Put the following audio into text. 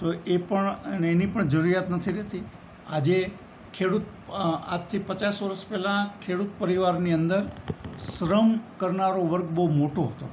તો એ પણ અને એની પણ જરૂરિયાત નથી રહેતી આજે ખેડૂત આજથી પચાસ વર્ષ પહેલાં ખેડૂત પરિવારની અંદર શ્રમ કરનારો વર્ગ બહું મોટો હતો